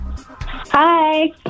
Hi